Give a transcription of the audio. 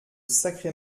sacré